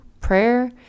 Prayer